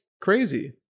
crazy